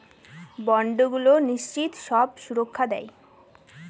বন্ডগুলো নিশ্চিত সব সুরক্ষা দেয়